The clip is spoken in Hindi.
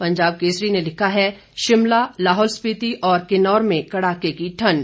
पंजाब केसरी ने लिखा है शिमला लाहौल स्पीति और किन्नौर में कड़ाके की ठंड